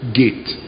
gate